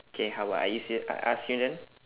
okay how about I use you I ask you then